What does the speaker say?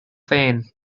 féin